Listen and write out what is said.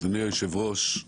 אדוני היושב-ראש,